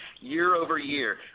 year-over-year